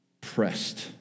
pressed